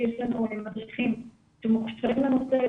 יש לנו מדריכים שמוכשרים לנושא,